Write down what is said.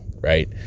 right